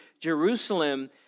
Jerusalem